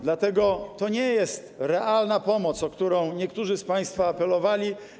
Dlatego to nie jest realna pomoc, o którą niektórzy z państwa apelowali.